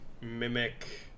mimic